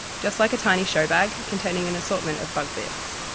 just like a tiny show bag containing an assortment of bug bits.